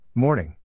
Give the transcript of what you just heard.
Morning